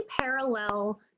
parallel